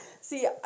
See